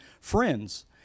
friends